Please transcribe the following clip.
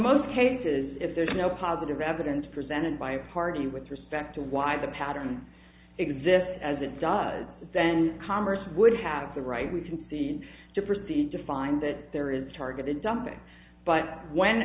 most cases if there's no positive evidence presented by a party with respect to why the pattern exists as it does then congress would have the right we can see to proceed to find that there is targeted dumping but when